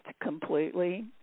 completely